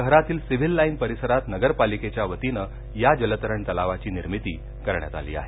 शहरातील civil line परिसरात नगरपालिकेच्यावतीने या जलतरण तलावाची निर्मिती करण्यात आली आहे